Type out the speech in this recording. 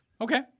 Okay